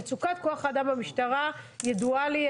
מצוקת כוח האדם במשטרה ידועה לי,